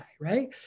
right